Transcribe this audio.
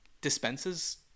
dispenses